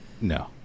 No